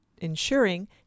ensuring